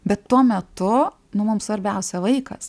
bet tuo metu nu mums svarbiausia vaikas